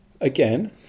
Again